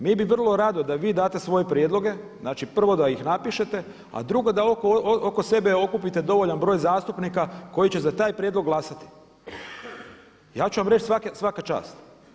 Mi bi vrlo rado da i vi date svoje prijedloge, znači prvo da ih napišete, a drugo da oko sebe okupite dovoljan broj zastupnika koji će za taj prijedlog glasati i ja ću vam reći svaka čast.